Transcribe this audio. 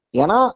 Yana